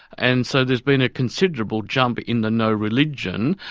and so there's been a considerable jump in the no-religion.